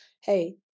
hey